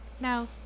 No